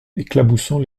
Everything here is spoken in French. éclaboussant